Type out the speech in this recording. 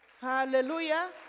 Hallelujah